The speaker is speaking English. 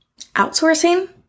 outsourcing